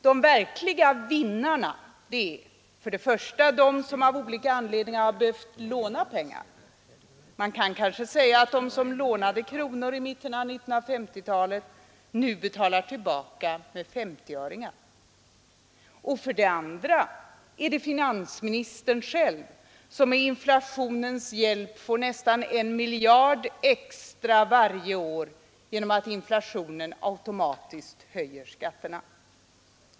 De verkliga vinnarna är för det första de som av olika anledningar behövt låna pengar — man kan kanske säga att de som lånat kronor i mitten av 1950-talet nu betalar tillbaka med 50-öringar — och för det andra finansministern själv som med inflationens hjälp får nästan en miljard extra varje år genom att inflationen automatiskt följer skatterna.